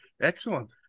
Excellent